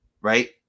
right